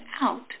out